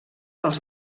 els